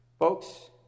Folks